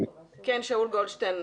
שאול גולדשטיין,